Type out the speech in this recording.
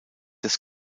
des